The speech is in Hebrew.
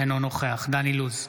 אינו נוכח דן אילוז,